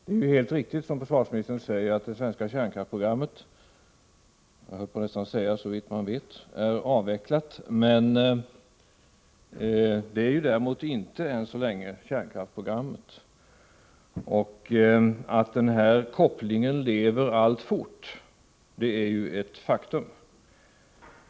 Det är ju helt riktigt, som försvarsministern säger, att det svenska kärnvapenprogrammet — jag höll nästan på att säga: såvitt man vet — är avvecklat. Det är däremot inte, än så länge, kärnkraftsprogrammet. Att denna koppling lever alltfort är väl ett faktum.